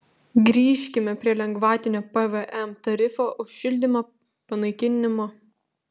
grįžkime prie lengvatinio pvm tarifo už šildymą panaikinimo